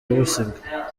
busibwa